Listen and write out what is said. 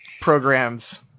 programs